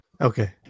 okay